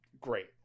great